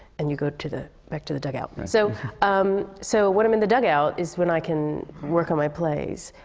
and you go to the back to the dugout. so um so, when i'm in the dugout, is when i can work on my plays.